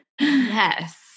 Yes